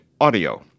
audio